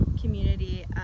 community